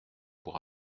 pour